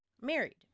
married